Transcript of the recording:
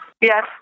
Yes